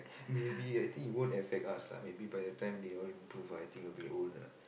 maybe I think it won't affect us lah maybe by the time they all improve I think we'll be old lah